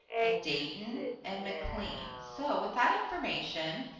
and dayton and maclean. so with that information,